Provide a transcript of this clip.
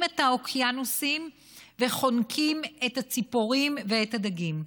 את האוקיינוסים וחונקים את הציפורים ואת הדגים.